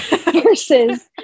versus